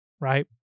right